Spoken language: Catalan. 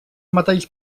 metalls